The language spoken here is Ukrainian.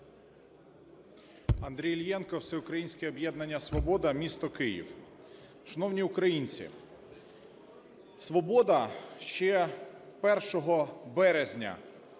Андрій Іллєнко, "Всеукраїнське об'єднання "Свобода", місто Київ. Шановні українці, "Свобода" ще 1 березня